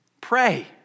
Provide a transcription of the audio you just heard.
Pray